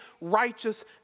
righteous